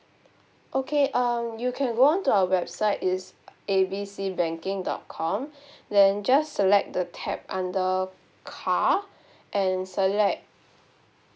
okay um you can go on to our website is A B C banking dot com then just select the tab under car and select